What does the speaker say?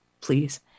please